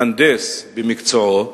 מהנדס במקצועו,